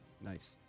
Nice